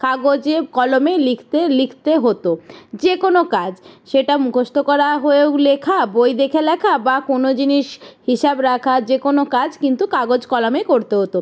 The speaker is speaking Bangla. কাগজে কলমেই লিখতে লিখতে হতো যে কোনো কাজ সেটা মুখস্ত করা হয়েও লেখা বই দেখে লেখা বা কোনো জিনিস হিসাব রাখা যে কোনো কাজ কিন্তু কাগজ কলমেই করতে হতো